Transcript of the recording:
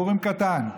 פורים קטן,